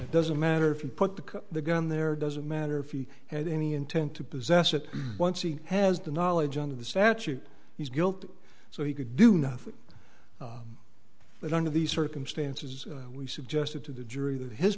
it doesn't matter if you put the car the gun there doesn't matter if he had any intent to possess it once he has the knowledge under the statute he's guilt so he could do nothing but under these circumstances we suggested to the jury that his